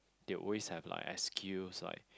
they always have like excuse like